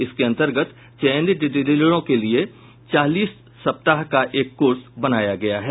इसके अंतर्गत चयनित डीलरों के लिये चालीस सप्ताह का एक कोर्स बनाया गया है